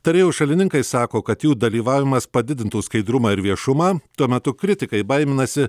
tarėjų šalininkai sako kad jų dalyvavimas padidintų skaidrumą ir viešumą tuo metu kritikai baiminasi